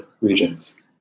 regions